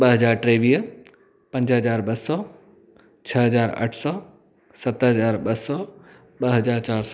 ॿ हज़ार टेवीह पंज हज़ार ॿ सौ छह हज़ार अठ सौ सत हज़ार ॿ सौ ॿ हज़ार चारि सौ